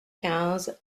quinze